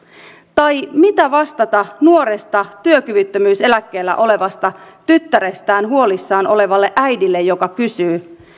tai mitä vastata nuoresta työkyvyttömyyseläkkeellä olevasta tyttärestään huolissaan olevalle äidille joka kysyy